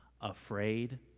afraid